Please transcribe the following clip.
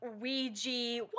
Ouija